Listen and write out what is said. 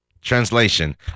Translation